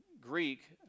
Greek